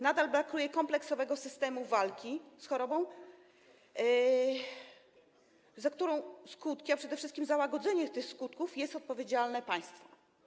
Nadal brakuje kompleksowego systemu walki z chorobą, za której skutki, a przede wszystkim za łagodzenie tych skutków jest odpowiedzialne państwo.